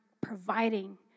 providing